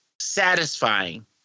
satisfying